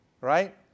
right